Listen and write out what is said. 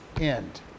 end